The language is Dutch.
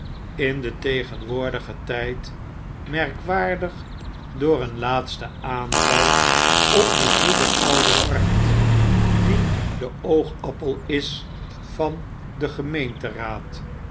in den tegenwoordigeh tijd merkwaardig door een laatsten aanval op die goede oude markt die de oogappel is van den gemeenteraad